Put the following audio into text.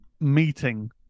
meeting